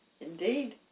Indeed